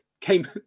came